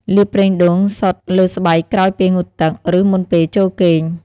លាបប្រេងដូងសុទ្ធលើស្បែកក្រោយពេលងូតទឹក ឬមុនពេលចូលគេង។